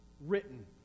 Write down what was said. written